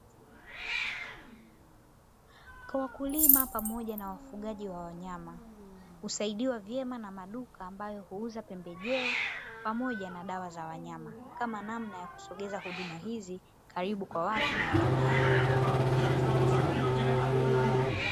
Wakulima pamoja na wafugaji wa wanyama, husaidiwa vyema na maduka ambayo huuza pembejeo, pamoja na dawa za wanyama, kama namna ya kusogeza bidhaa hizi karibu kwa watu na watumiaji.